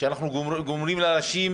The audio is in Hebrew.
כשאנחנו גורמים לאנשים